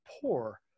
poor